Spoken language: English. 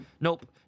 Nope